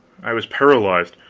i was paralyzed